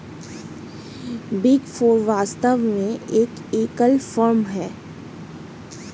big four वास्तव में एक एकल फर्म है